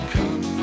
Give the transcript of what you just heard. Come